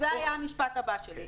זה היה המשפט הבא שלי.